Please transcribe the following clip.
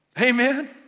Amen